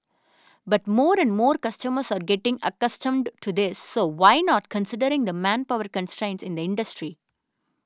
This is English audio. but more and more customers are getting accustomed to this so why not considering the manpower constraints in the industry